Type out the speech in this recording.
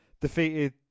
defeated